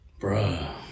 Bruh